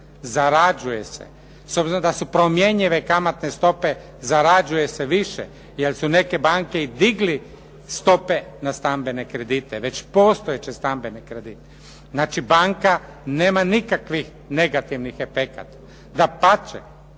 zarađuje se. S obzirom da su promjenjive kamatne stope zarađuje se više, jer su neke banke digli stope na stambene kredite, već postojeće stambene kredite. Znači, banka nema nikakvih negativnih efekata. Dapače,